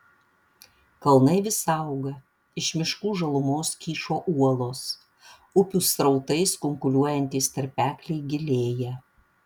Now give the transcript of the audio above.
kalnai vis auga iš miškų žalumos kyšo uolos upių srautais kunkuliuojantys tarpekliai gilėja